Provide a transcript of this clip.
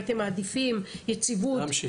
הייתם מעדיפים יציבות -- להמשיך.